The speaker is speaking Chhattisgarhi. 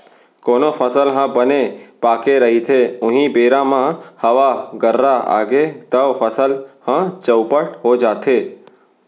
कोनो फसल ह बने पाके रहिथे उहीं बेरा म हवा गर्रा आगे तव फसल ह चउपट हो जाथे